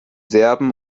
serben